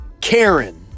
Karen